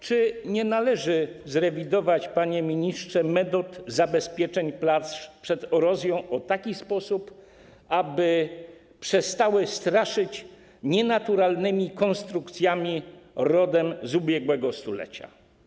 Czy nie należy zrewidować, panie ministrze, metod zabezpieczeń plaż przed erozją w taki sposób, aby przestały straszyć nienaturalnymi konstrukcjami rodem z ubiegłego stulecia?